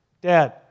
Dad